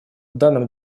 данном